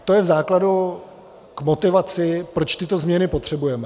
To je v základu k motivaci, proč tyto změny potřebujeme.